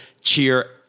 cheer